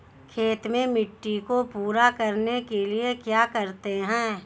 खेत में मिट्टी को पूरा करने के लिए क्या करते हैं?